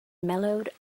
mellowed